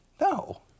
No